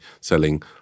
selling